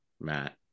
Matt